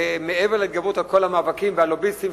מעבר להתגברות על כל המאבקים והלוביסטים,